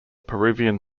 peruvian